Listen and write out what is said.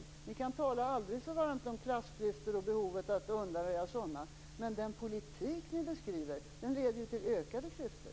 Vänsterpartisterna kan tala aldrig så varmt om behovet av att undanröja klassklyftor, men den politik de beskriver leder faktiskt till ökade klyftor.